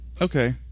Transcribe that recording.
Okay